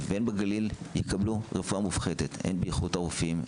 ובגליל יקבלו רפואה מופחתת באיכות הרופאים,